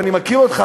ואני מכיר אותך,